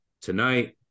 tonight